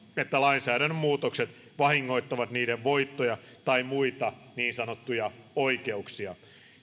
että lainsäädännön muutokset vahingoittavat niiden voittoja tai muita niin sanottuja oikeuksia